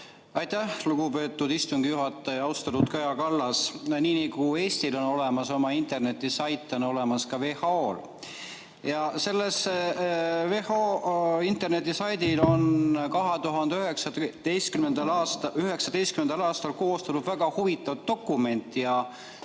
Aitäh, lugupeetud istungi juhataja! Austatud Kaja Kallas! Nii nagu Eestil on olemas oma internetisait, on see olemas ka WHO-l. Ja sellel WHO internetisaidil on 2019. aastal koostatud väga huvitav dokument ja